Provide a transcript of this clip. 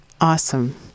awesome